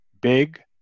Big